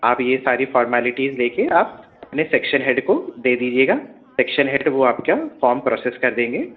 آپ یہ ساری فارمیلٹیز لے کے آپ اپنے سیکشن ہیڈ کو دے دیجیے گا سیکشن ہیڈ وہ آپ کا فام پروسس کر دیں گے